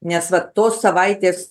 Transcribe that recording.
nes vat tos savaitės